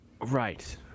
Right